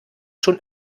schon